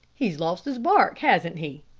he's lost his bark, hasn't he?